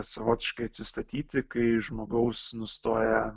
savotiškai atsistatyti kai žmogaus nustoja